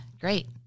great